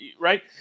Right